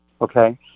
okay